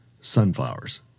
sunflowers